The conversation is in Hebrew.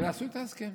ועשו את ההסכם.